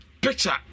picture